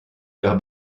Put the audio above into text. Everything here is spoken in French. leurs